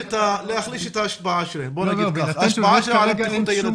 אני חושב שהפתרון של לדחות את זה, זה משהו